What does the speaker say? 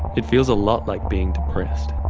it feels a lot like being depressed.